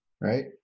right